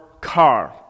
car